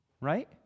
right